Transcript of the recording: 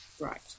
Right